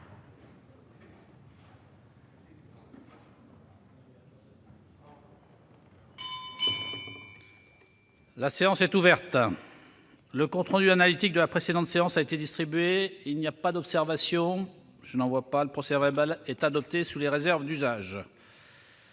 La séance est ouverte. Le compte rendu analytique de la précédente séance a été distribué. Il n'y a pas d'observation ?... Le procès-verbal est adopté sous les réserves d'usage.